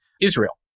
Israel